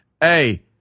Hey